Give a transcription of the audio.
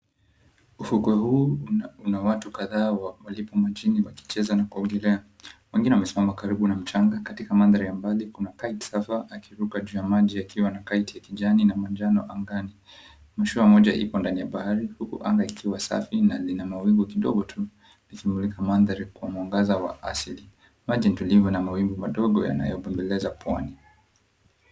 Ufukwe huu una watu kadhaa walipo majini wakicheza na kuogelea. Wengine wamesimama karibu na mchanga katika mandhari ya mbali kuna kite surfer akiruka juu ya maji akiwa na kite ya kijani na manjano angani. Mashua moja ipo ndani ya bahari huku anga ikiwa safi na lina mawingu kidogo tu likimulika mandhari kwa mwangaza wa asili. Maji ni tulivu na mawimbi madogo yanayobembeleza pwani.